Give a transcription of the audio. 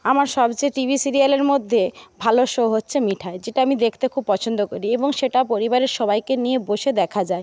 আমার সবচেয়ে টিভি সিরিয়ালের মধ্যে ভালো শো হচ্ছে মিঠাই যেটা আমি দেখতে খুব পছন্দ করি এবং সেটা পরিবারের সবাইকে নিয়ে বসে দেখা যায়